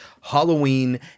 Halloween